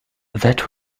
that